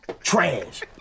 Trash